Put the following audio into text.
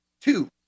two